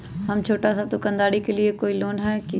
हम छोटा सा दुकानदारी के लिए कोई लोन है कि?